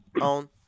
Own